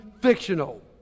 fictional